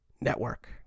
network